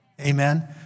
Amen